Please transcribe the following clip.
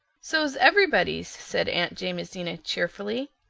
so's everybody's, said aunt jamesina cheerfully.